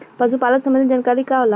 पशु पालन संबंधी जानकारी का होला?